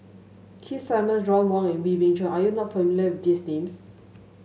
Keith Simmons Ron Wong and Wee Beng Chong are you not familiar with these names